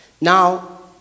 Now